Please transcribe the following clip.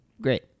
great